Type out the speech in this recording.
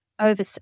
Over